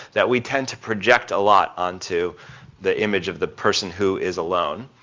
that we tend to project a lot onto the image of the person who is alone.